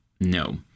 no